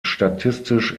statistisch